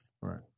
Right